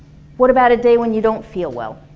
what about a day when you don't feel well?